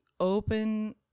Open